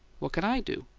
what can i do?